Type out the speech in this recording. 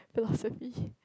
philosophy